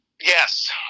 Yes